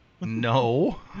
No